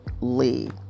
Lee